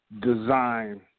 design